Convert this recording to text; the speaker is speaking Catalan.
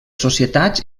societats